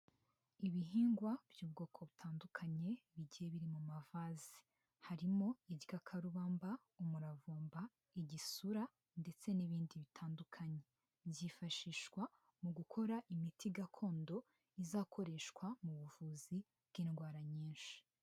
Ibihingwa by'ubwoko butandukanye bigiye biri mu mavazi, harimo igikakarubamba, umuravumba, igisura ndetse n'ibindi bitandukanye, byifashishwa mu gukora imiti gakondo, izakoreshwa mu buvuzi bw'indwara nyinshi.